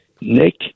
Nick